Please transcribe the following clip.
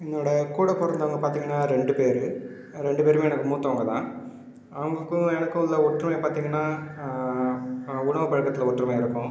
என்னோடு கூட பிறந்தவங்க பார்த்தீங்கன்னா ரெண்டு பேரு ரெண்டு பேருமே எனக்கு மூத்தவங்கள் தான் அவங்களுக்கும் எனக்கும் உள்ள ஒற்றுமை பார்த்தீங்கன்னா உணவு பழக்கத்தில் ஒற்றுமையாக இருப்போம்